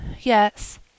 Yes